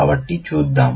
కాబట్టి చూద్దాం